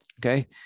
okay